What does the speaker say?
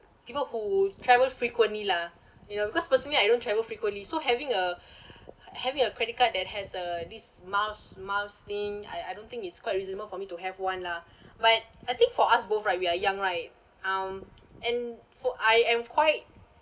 people who travel frequently lah you know because personally I don't travel frequently so having a having a credit card that has the this miles miles thing I I don't think it's quite reasonable for me to have one lah but I think for us both right we are young right um and for I am quite